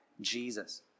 Jesus